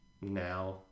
now